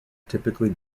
typically